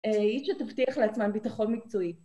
היא שתבטיח לעצמן ביטחון מקצועי.